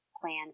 plan